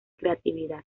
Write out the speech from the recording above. creatividad